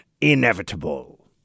inevitable